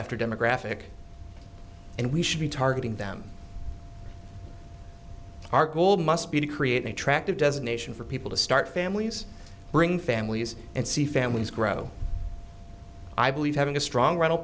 after demographic and we should be targeting them our goal must be to create an attractive designation for people to start families bring families and see families grow i believe having a strong rental